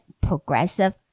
progressive